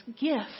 gift